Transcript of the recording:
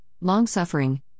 long-suffering